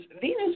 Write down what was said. Venus